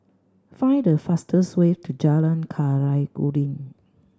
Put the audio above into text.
find the fastest way to Jalan Khairuddin